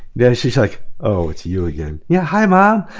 yeah she's like, oh it's you again, yeah hi, mom.